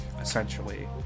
essentially